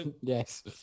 Yes